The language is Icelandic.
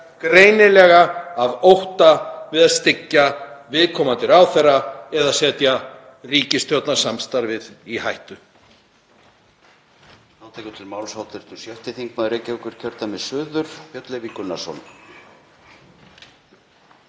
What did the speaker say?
greinilega af ótta við að styggja viðkomandi ráðherra eða setja ríkisstjórnarsamstarfið í hættu.